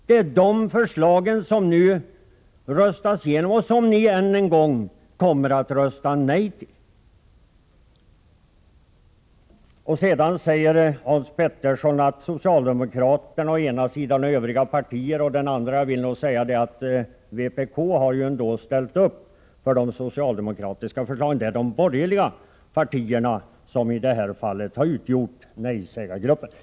Det är de förslagen som nu röstas igenom och som ni än en gång kommer att rösta nej till. Hans Petersson i Röstånga talar om socialdemokraterna å ena sidan och om Övriga partier å den andra. Jag vill nog säga att vpk har ställt upp för de socialdemokratiska förslagen; det är de borgerliga partierna som i det här fallet har utgjort nej-sägargruppen.